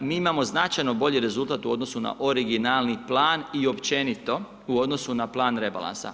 Mi imamo značajno bolji rezultat u odnosu na originalni plan i općenito u odnosu na plan rebalansa.